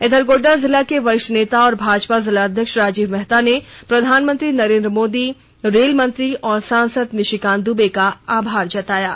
इधर गोड्डा जिला के वरिष्ठ नेता एवं भाजपा जिला अध्यक्ष राजीव मेहता ने प्रधानमंत्री नरेंद्र मोदी रेल मंत्री एवं सांसद निशिकांत दुबे का आभार जताया है